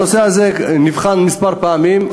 הנושא הזה נבחן כמה פעמים.